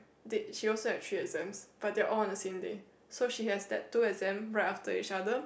date she also have three exams but they're all on the same day so she has that two exams right after each other